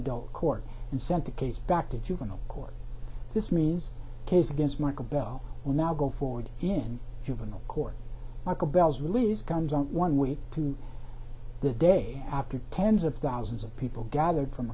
adult court and sent the case back to juvenile court this means case against michael bell will now go forward in juvenile court mychal bell's release comes out one week to the day after tens of thousands of people gathered from